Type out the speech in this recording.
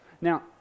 Now